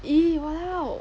!ee! !walao!